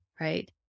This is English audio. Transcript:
right